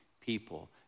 people